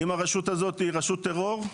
אם הרשות הזאת היא רשות טרור,